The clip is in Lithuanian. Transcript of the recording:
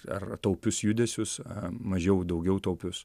ar taupius judesius mažiau daugiau taupius